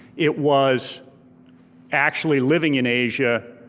it was actually living in asia,